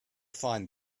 find